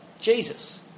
Jesus